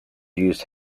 used